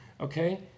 okay